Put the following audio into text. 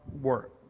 work